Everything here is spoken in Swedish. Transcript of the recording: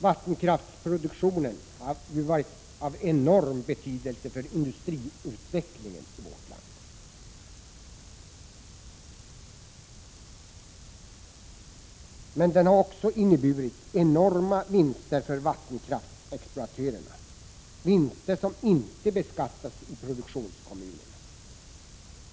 Vattenkraftsproduktionen har ju varit av enorm betydelse för industriutvecklingen i vårt land. Men den har också inneburit enorma vinster för vattenkraftsexploatörerna, vinster som inte beskattas i produktionskommunerna.